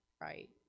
right